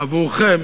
עבורכם